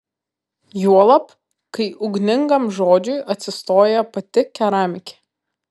juolab kai ugningam žodžiui atsistoja pati keramikė